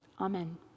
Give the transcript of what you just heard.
Amen